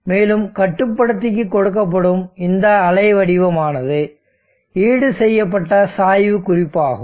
மேலும் கட்டுப்படுத்திக்கு கொடுக்கப்படும் இந்த அலை வடிவமானது ஈடுசெய்யப்பட்ட சாய்வு குறிப்பாகும்